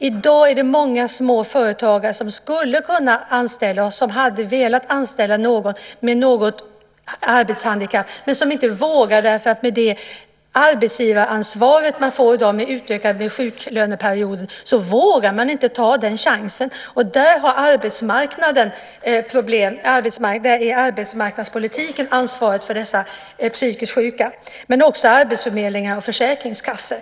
I dag är det många småföretagare som skulle kunna och hade velat anställa någon med något arbetshandikapp, men med det utökade arbetsgivaransvar man får i dag för sjuklöneperioden vågar man inte ta den risken. Det är ett problem på arbetsmarknaden, och det är arbetsmarknadspolitiken som har ansvaret för dessa psykiskt sjuka, men också arbetsförmedlingar och försäkringskassor.